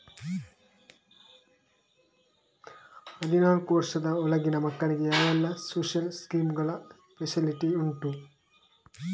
ಹದಿನಾಲ್ಕು ವರ್ಷದ ಒಳಗಿನ ಮಕ್ಕಳಿಗೆ ಯಾವೆಲ್ಲ ಸೋಶಿಯಲ್ ಸ್ಕೀಂಗಳ ಫೆಸಿಲಿಟಿ ಉಂಟು?